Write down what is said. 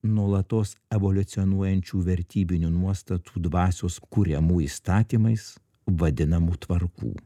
nuolatos evoliucionuojančių vertybinių nuostatų dvasios kuriamų įstatymais vadinamų tvarkų